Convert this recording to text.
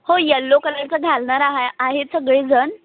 हो येल्लो कलरचं घालणार आहा आहे सगळेजण